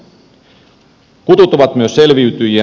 kutut ovat myös selviytyjiä